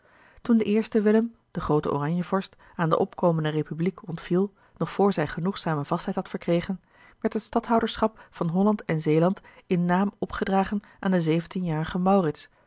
toen de eerste willem de groote oranjevorst aan de opkomende republiek ontviel nog voor zij genoegzame vastheid had verkregen werd het stadhouderschap van holland en zeeland in naam opgedragen aan den zeventienjarigen